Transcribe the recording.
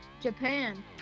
Japan